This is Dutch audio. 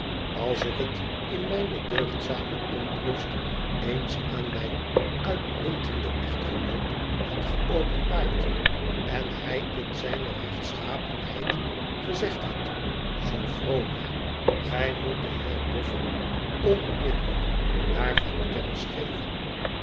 als ik het in mijne deugdzame onrust eens aan mijn uitmuntenden echtgenoot had geopenbaard en hij in zijne rechtschapenheid gezegd had sophronia gij moet den heer boffin onmiddellijk daarvan kennis geven